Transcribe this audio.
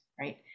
right